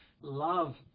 love